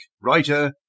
writer